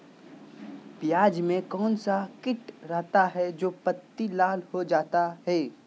प्याज में कौन सा किट रहता है? जो पत्ती लाल हो जाता हैं